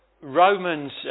Romans